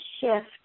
shift